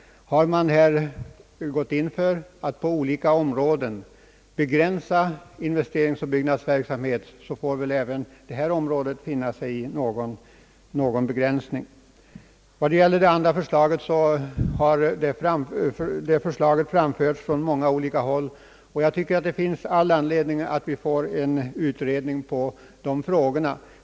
Har man gått in för att på olika områden begränsa investeringsoch byggnadsverksamhet får väl även detta område finna sig i någon begränsning. Det andra förslaget i reservationen har framförts från många olika håll, och det finns all anledning att tillsätta en utredning beträffande dessa frågor.